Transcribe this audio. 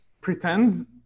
pretend